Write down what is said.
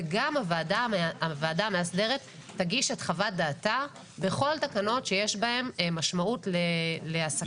וגם הוועדה המאסדרת תגיש את חוות דעתה בכל תקנות שיש בהן משמעות לעסקים.